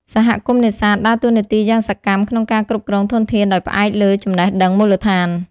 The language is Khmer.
សហគមន៍នេសាទ ដើរតួនាទីយ៉ាងសកម្មក្នុងការគ្រប់គ្រងធនធានដោយផ្អែកលើចំណេះដឹងមូលដ្ឋាន។